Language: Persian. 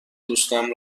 دوستم